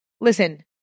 listen